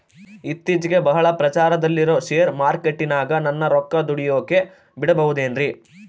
ಇತ್ತೇಚಿಗೆ ಬಹಳ ಪ್ರಚಾರದಲ್ಲಿರೋ ಶೇರ್ ಮಾರ್ಕೇಟಿನಾಗ ನನ್ನ ರೊಕ್ಕ ದುಡಿಯೋಕೆ ಬಿಡುಬಹುದೇನ್ರಿ?